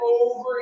over